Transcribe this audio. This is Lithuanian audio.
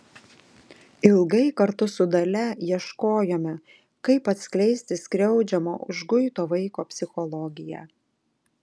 ilgai kartu su dalia ieškojome kaip atskleisti skriaudžiamo užguito vaiko psichologiją